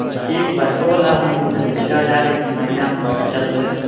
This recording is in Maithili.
ठीक के लाभ मिल जेतै छओ हजार रुपआ महीना चलतै